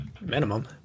Minimum